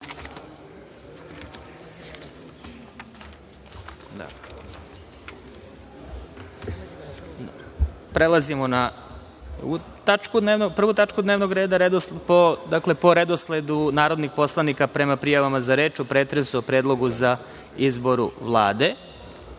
radom. Prelazimo na 1. tačku dnevnog reda, dakle, po redosledu narodnih poslanika prema prijavama za reč u pretresu o Predlogu za izbor Vlade. Reč